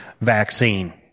vaccine